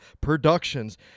Productions